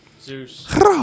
Zeus